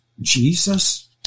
Jesus